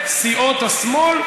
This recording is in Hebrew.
וסיעות השמאל,